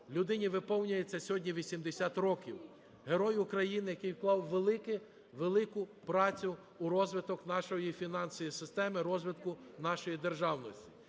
людині виповнюється сьогодні 80 років. Герой України, який вклав велику працю у розвиток нашої фінансової системи, розвиток нашої державності.